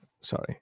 Sorry